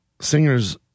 Singer's